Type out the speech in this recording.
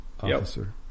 officer